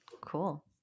Cool